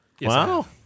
Wow